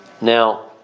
Now